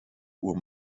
uhr